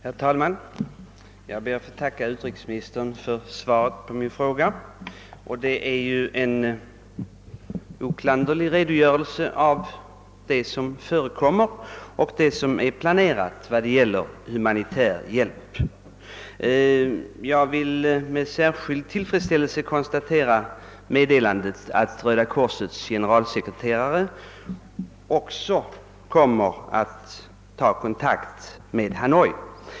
Herr talman! Jag ber att få tacka utrikesministern för svaret på min fråga. Svaret är ju en oklanderlig redogörelse för vad som förekommer och vad som är planerat när det gäller den humanitära hjälpen. Jag konstaterar med särskild tillfredsställelse meddelandet att Svenska röda korsets generalsekreterare också kommer att ta kontakt med Hanoi.